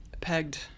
pegged